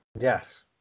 yes